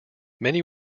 many